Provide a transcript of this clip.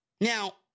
Now